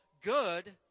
good